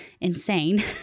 insane